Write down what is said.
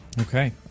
Okay